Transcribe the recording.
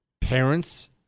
Parents